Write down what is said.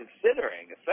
Considering